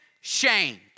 shamed